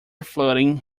flooding